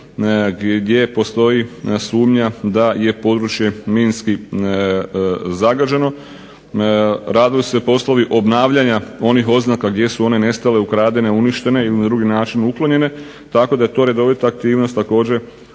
gdje postoji sumnja da je područje minski zagađeno, radili su se poslovi obnavljanja onih oznaka gdje su one nestale, ukradene, uništene ili na drugi način uklonjene, tako da je to redovita aktivnost također